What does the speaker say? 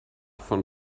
von